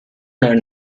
known